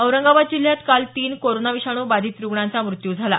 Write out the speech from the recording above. औरंगाबाद जिल्ह्यात काल तीन कोरोना विषाणू बाधित रुग्णांचा मृत्यू झाला